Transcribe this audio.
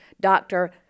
doctor